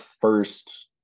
first